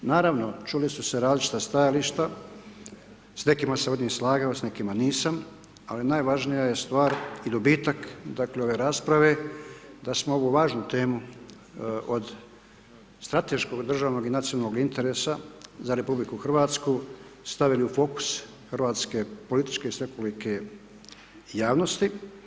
Naravno, čuli su se različita stajališta, s nekima se od njih slagao, s nekima nisam, ali najvažnija je stvar i dobitak, dakle, ove rasprave da smo ovu važnu temu od strateškog državnog i nacionalnog interesa za RH stavili u fokus hrvatske političke svekolike javnosti.